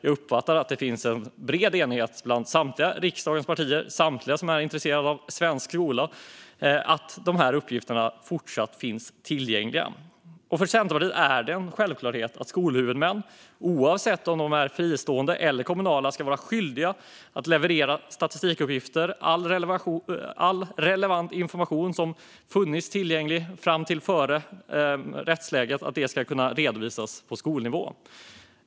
Jag uppfattar att det finns en bred enighet bland samtliga av riksdagens partier och samtliga som är intresserade av svensk skola om att de uppgifterna fortsatt ska finnas tillgängliga. För Centerpartiet är det en självklarhet att skolhuvudmän, oavsett om de är fristående eller kommunala, ska vara skyldiga att leverera statistikuppgifter och all relevant information som har funnits tillgänglig fram till det nuvarande rättsläget och att detta ska kunna redovisas på skolnivå.